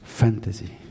fantasy